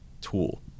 tool